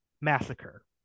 massacre